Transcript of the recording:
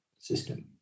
system